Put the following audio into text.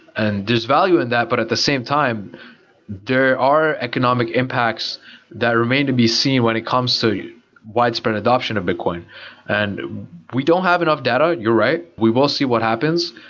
and there's value in that but at the same time there are economic impacts that remain to be seen when it comes so to widespread adoption of bitcoin and we don't have enough data. you're right. we will see what happens.